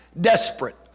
desperate